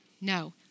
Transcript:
No